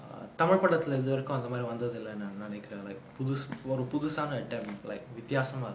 err Tamil படத்துல இது வரைக்கும் அந்தமாரி வந்ததில்லன்னு நெனைக்குற like புதுசு ஒரு புதுசான:puthusu oru puthusaana attempt like வித்தியாசமா:vithyasamaana